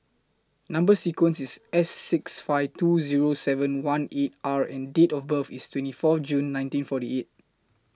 Number sequence IS S six five two Zero seven one eight R and Date of birth IS twenty four June nineteen forty eight